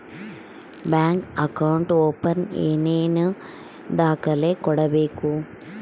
Bank account open ಏನೇನು ದಾಖಲೆ ಕೊಡಬೇಕು?